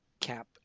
cap